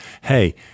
hey